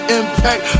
impact